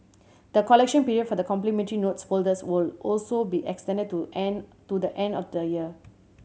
the collection period for the complimentary notes folders will also be extended to end to the end of the year